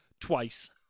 twice